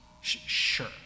Sure